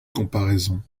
comparaison